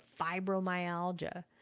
fibromyalgia